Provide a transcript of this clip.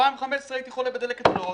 שב-2015 הייתי חולה בדלקת ריאות,